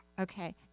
Okay